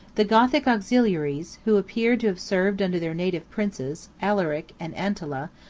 the gothic auxiliaries, who appeared to have served under their native princes, alaric and antala,